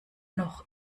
noch